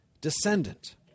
descendant